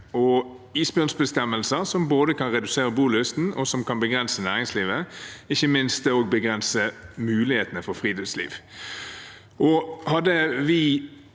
og isbjørnbestemmelser som kan både redusere bolysten, begrense næringslivet og ikke minst begrense mulighetene for friluftsliv. Hadde vi